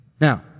Now